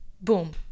boom